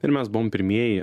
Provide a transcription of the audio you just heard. ir mes buvom pirmieji